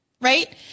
Right